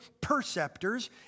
perceptors